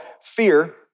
fear